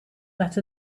that